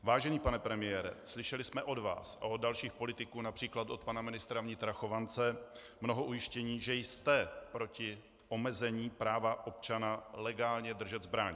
Vážený pane premiére, slyšeli jsme od vás a od dalších politiků, například od pana ministra Chovance, mnoho ujištění, že jste proti omezení práva občana legálně držet zbraň.